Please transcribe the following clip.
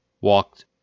walked